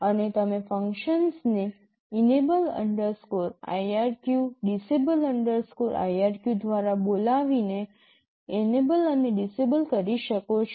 અને તમે ફંક્શન્સને enable irq disable irq દ્વારા બોલાવીને એનેબલ અને ડિસેબલ કરી શકો છો